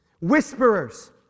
Whisperers